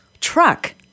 truck